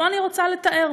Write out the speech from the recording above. פה אני רוצה לתאר.